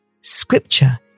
Scripture